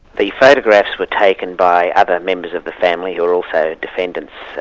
the photographs were taken by other members of the family who are also defendants,